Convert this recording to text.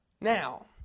Now